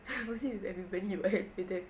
obviously with everybody [what] with the